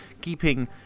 keeping